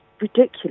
ridiculous